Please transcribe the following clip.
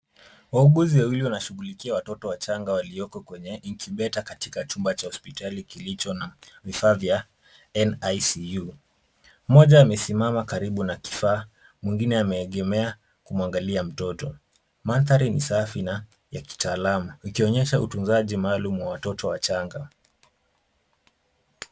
Wauguzi wawili wanashughulikia watoto wachanga walioko kwenye incubator katika chumba cha hospitali kilicho na vifaa vya NICU. Mmoja amesimama karibu na kifaa, mwingine ameegemea kumwangalia mtoto. Mandhari ni safu na ya kitaalam, ikionyesha utunzaji maalum wa watoto wachanga.